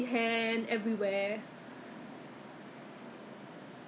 doin doin 这样的 !huh! usual price ah 不知道这边有没有写